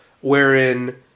wherein